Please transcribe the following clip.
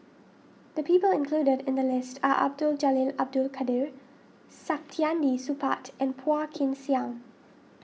the people included in the list are Abdul Jalil Abdul Kadir Saktiandi Supaat and Phua Kin Siang